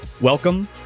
Welcome